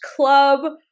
club